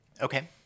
Okay